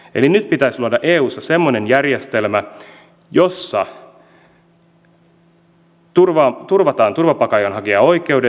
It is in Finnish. eli nyt pitäisi luoda eussa semmoinen järjestelmä jossa turvataan turvapaikanhakijan oikeudet